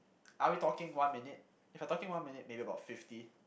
are we talking one minute if we're talking one minute maybe about fifty